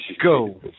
Go